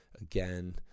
again